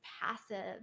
passive